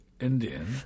Indian